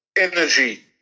energy